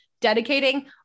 dedicating